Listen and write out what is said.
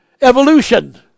evolution